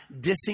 dissing